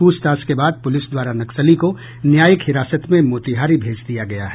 प्रछताछ के बाद पुलिस द्वारा नक्सली को न्यायिक हिरासत में मोतिहारी भेज दिया गया है